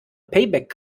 payback